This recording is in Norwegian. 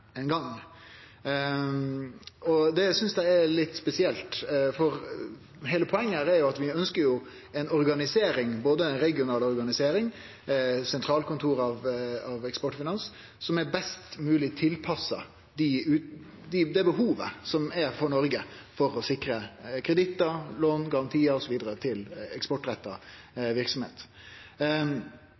og det synest eg er litt spesielt, for heile poenget er jo at vi ønskjer ei organisering, både ei regional organisering og eit sentralkontor av Eksportfinans som er best mogleg tilpassa det behovet som er i Noreg for å sikre kredittar, lånegarantiar osv. til eksportretta